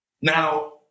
Now